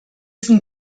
sind